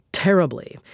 Terribly